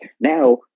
Now